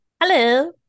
Hello